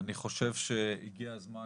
אני חושב שהגיע הזמן